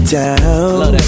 down